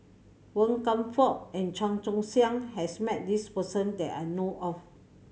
Wan Kam Fook and Chan Choy Siong has met this person that I know of